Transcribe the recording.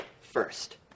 first